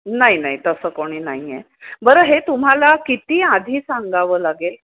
नाही नाही तसं कोणी नाही आहे बरं हे तुम्हाला किती आधी सांगावं लागेल